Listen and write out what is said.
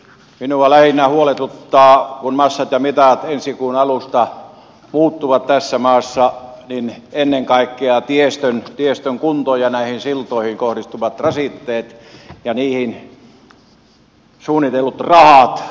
minua lähinnä huoletuttaa kun massat ja mitat ensi kuun alusta muuttuvat tässä maassa ennen kaikkea tiestön kunto ja näihin siltoihin kohdistuvat rasitteet ja niihin suunnitellut rahat